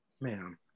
man